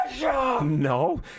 No